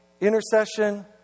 intercession